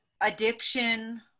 addiction